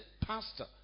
Pastor